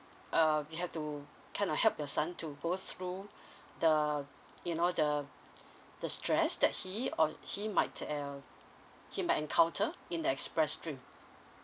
uh you have to kind of help your son to go through the you know the the stress that he or he might uh he might encounter in the express stream